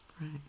right